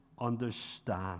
understand